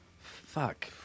Fuck